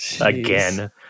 again